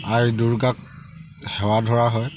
আই দুৰ্গাক সেৱা ধৰা হয়